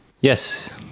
Yes